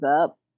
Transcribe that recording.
up